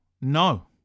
No